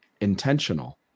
intentional